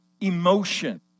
emotion